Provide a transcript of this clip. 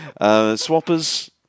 Swappers